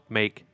make